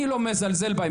אני לא מזלזל בהם,